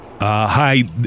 Hi